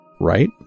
right